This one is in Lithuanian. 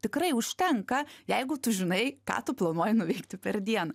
tikrai užtenka jeigu tu žinai ką tu planuoji nuveikti per dieną